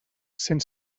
cent